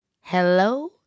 Hello